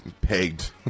pegged